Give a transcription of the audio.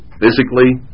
physically